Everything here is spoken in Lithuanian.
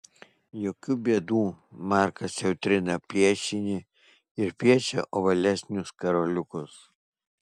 jokių bėdų markas jau trina piešinį ir piešia ovalesnius karoliukus